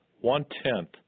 one-tenth